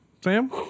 Sam